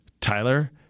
Tyler